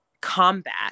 combat